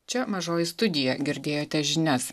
čia mažoji studija girdėjote žinias